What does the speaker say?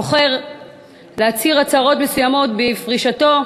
בוחר להצהיר הצהרות מסוימות בפרישתו.